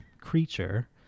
creature